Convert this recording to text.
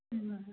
ꯎꯝ